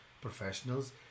professionals